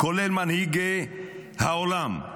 כולל מנהיגי העולם,